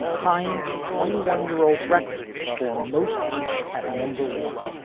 tying a twenty one year old record for most weeks at number one